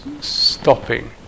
stopping